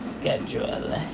Schedule